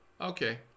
Okay